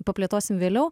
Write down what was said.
paplėtosim vėliau